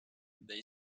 they